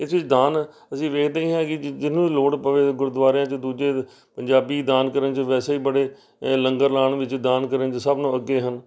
ਇਸ ਵਿੱਚ ਦਾਨ ਅਸੀਂ ਦੇਖਦੇ ਹੀ ਹਾਂ ਕਿ ਜਿਹਨੂੰ ਲੋੜ ਪਵੇ ਗੁਰਦੁਆਰਿਆਂ 'ਚ ਦੂਜੇ ਪੰਜਾਬੀ ਦਾਨ ਕਰਨ 'ਚ ਵੈਸੇ ਵੀ ਬੜੇ ਲੰਗਰ ਲਾਉਣ ਵਿੱਚ ਦਾਨ ਕਰਨ 'ਚ ਸਭ ਨਾਲੋਂ ਅੱਗੇ ਹਨ